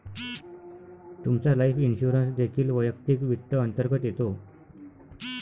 तुमचा life insurance देखील वैयक्तिक वित्त अंतर्गत येतो